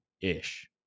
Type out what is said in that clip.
ish